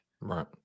right